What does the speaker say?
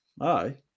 Aye